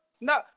No